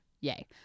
yay